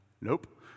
nope